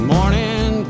morning